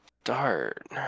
start